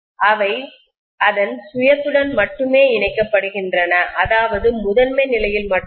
இவை அதன் சுயத்துடன் மட்டுமே இணைக்கப்படுகின்றன அதாவது முதன்மை நிலையில் மட்டுமே